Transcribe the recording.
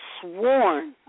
sworn